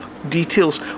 details